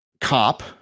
cop